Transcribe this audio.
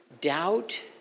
doubt